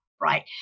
Right